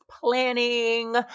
planning